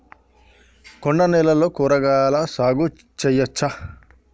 కొండ నేలల్లో కూరగాయల సాగు చేయచ్చా?